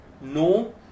No